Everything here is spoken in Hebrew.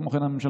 כמו כן החליטה